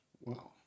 Wow